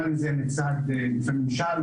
גם אם זה מצד גופי ממשל,